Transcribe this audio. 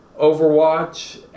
Overwatch